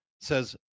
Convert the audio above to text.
says